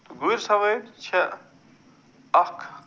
گُرۍ سوٲرۍ چھےٚ اکھ